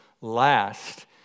last